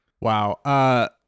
Wow